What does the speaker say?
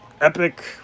epic